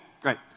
Great